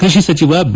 ಕೃಷಿ ಸಚಿವ ಬಿ